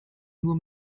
nur